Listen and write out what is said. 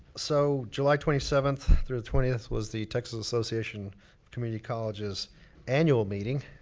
so, july twenty seventh through the twentieth was the texas association of community colleges annual meeting.